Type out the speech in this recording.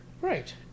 Right